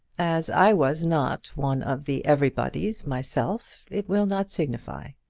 as i was not one of the everybodies myself, it will not signify.